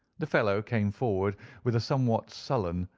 the fellow came forward with a somewhat sullen,